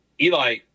Eli